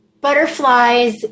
butterflies